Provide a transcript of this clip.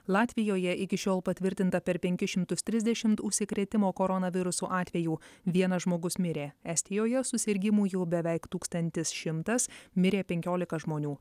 latvijoje iki šiol patvirtinta per penkis šimtus trisdešim užsikrėtimo koronavirusu atvejų vienas žmogus mirė estijoje susirgimų jau beveik tūkstantis šimtas mirė penkiolika žmonių